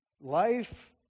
Life